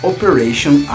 Operation